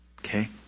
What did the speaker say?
Okay